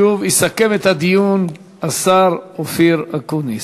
שוב, יסכם את הדיון השר אופיר אקוניס.